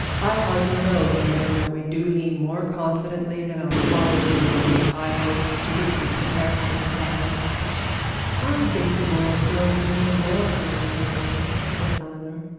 i hardly know whether or no we do lead more confidently than our fathers did on those high hopes to which we profess to aspire i think the world grows more worldly every day said eleanor.